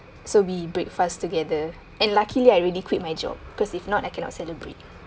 so we break fast together and luckily I already quit my job because if not I cannot celebrate